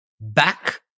Back